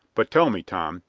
but tell me, tom,